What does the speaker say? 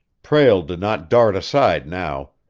prale did not dart aside now.